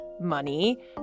money